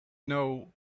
know